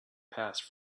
passed